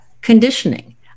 conditioning